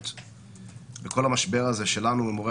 כל מי